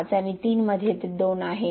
5 आणि 3 मध्ये ते 2 आहे